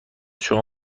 شما